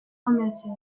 omitted